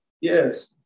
Yes